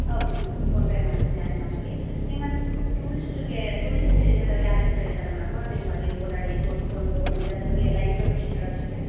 okay madam PhonePe ಮಾಡ್ತೀನಿ ಅದೇ ನಂಬರಿಗೆ ನಿಮ್ಮಲ್ಲಿ ಟೂರಿಸ್ಟ್ಗೆ ಟೂರಿಸ್ಟ್ ಯಾರಾದರು ಇದ್ದಾರಾ ಮೇಡಮ್ ನಿಮ್ಮಲ್ಲಿ ಓಡಾಡಿ ತೋರಿಸ್ಕೊಂಡು ನಮಗೆ ಅದರ ಬಗೆಗೆ ಎಲ್ಲ ಇನ್ಫರ್ಮೇಷನ್ ಹೇಳೋದಕ್ಕೆ